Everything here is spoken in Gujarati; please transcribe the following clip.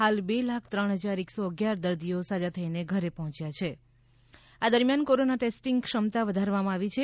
હાલ બે લાખ ત્રણ હજાર એકસો અગિયાર દર્દીઓ સાજા થઈને ઘેર પાછા પહેંચ્યા છિં આ દરમિયાન કોરોના ટેસ્ટીંગ ક્ષમતા વધારવામાં આવી છે